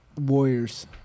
warriors